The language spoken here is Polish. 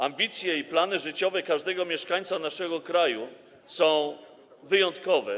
Ambicje i plany życiowe każdego mieszkańca naszego kraju są wyjątkowe.